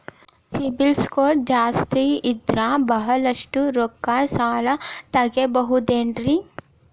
CIBIL score ಜಾಸ್ತಿ ಇದ್ರ ಬಹಳಷ್ಟು ರೊಕ್ಕ ಸಾಲ ತಗೋಬಹುದು ಏನ್ರಿ?